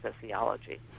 sociology